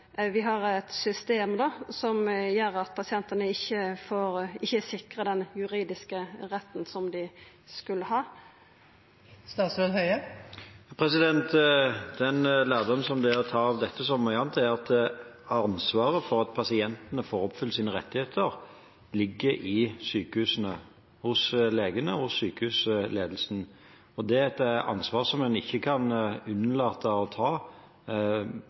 vi har eit system som gjer at pasientane ikkje er sikra den juridiske retten som dei skulle ha. Den lærdommen som er å ta av dette, som av mye annet, er at ansvaret for at pasientene får oppfylt sine rettigheter, ligger i sykehusene, hos legene og hos sykehusledelsen, og det er et ansvar som en ikke kan unnlate å ta